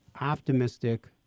optimistic